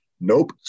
Nope